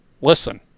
Listen